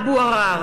טלב אבו עראר,